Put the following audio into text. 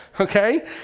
okay